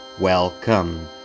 Welcome